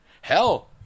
Hell